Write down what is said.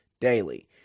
daily